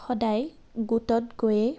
সদায় গোটত গৈয়ে